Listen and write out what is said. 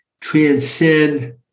transcend